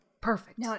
Perfect